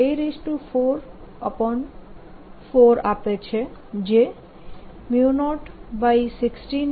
જે 016πI2 બને છે